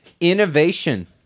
innovation